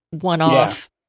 one-off